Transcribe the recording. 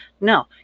No